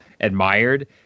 admired